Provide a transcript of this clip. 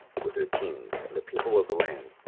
with their kings, and the people of the land,